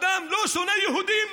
אדם שלא שונא יהודים,